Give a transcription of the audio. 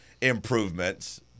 improvements